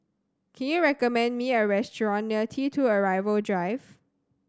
can you recommend me a restaurant near T Two Arrival Drive